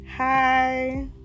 hi